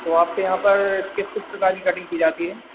तो आपके यहाँ पर किस किस प्रकार की कटिंग की जाती है